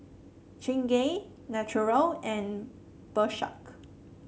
Chingay Naturel and Bershka